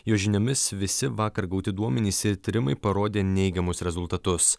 jo žiniomis visi vakar gauti duomenys ir tyrimai parodė neigiamus rezultatus